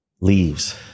leaves